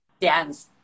dance